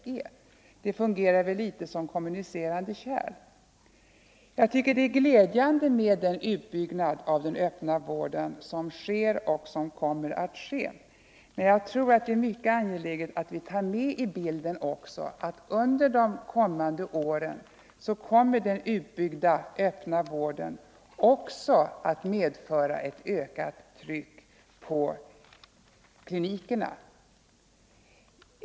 Dessa vårdformer fungerar i viss mån som kommunicerande kärl. Jag tycker det är glädjande med den utbyggnad av den öppna vården som sker och som kommer att ske. Men jag tror att det är mycket angeläget att vi också tar med i bilden att under de närmaste åren kommer den utbyggda öppna vården att medföra ett ökat tryck på klinikerna.